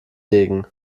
legen